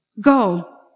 go